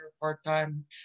part-time